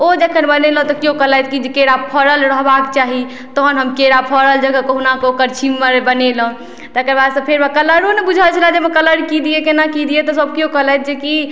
ओ जखन बनेलहुँ तऽ केओ कहलथि कि जे केरा फड़ल रहबाक चाही तहन हम केरा फड़ल जकाँ कहुनाके ओकर छिमैर बनेलहुँ तकरबादसँ फेर हमरा कलरो नहि बुझल छलै जे अइमे कलर की दियै केना की दियै तऽ सब केओ कहलथि जे कि